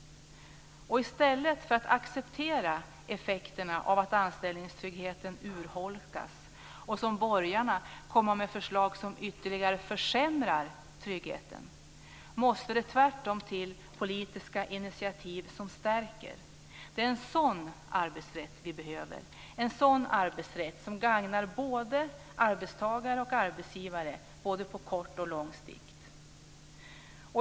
I stället för att acceptera effekterna av att anställningstryggheten urholkas och att, som borgarna gör, komma med förslag som ytterligare försämrar tryggheten måste det till politiska initiativ som stärker. Det är en sådan arbetsrätt som vi behöver - en arbetsrätt som gagnar både arbetstagare och arbetsgivare på såväl kort som lång sikt.